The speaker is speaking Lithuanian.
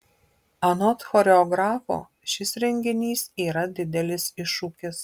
anot choreografo šis renginys yra didelis iššūkis